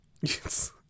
Yes